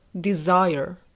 desire